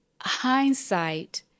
hindsight